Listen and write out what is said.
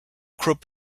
krupp